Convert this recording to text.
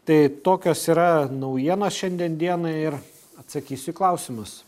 tai tokios yra naujienos šiandien dienai ir atsakysiu į klausimus